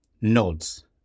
nods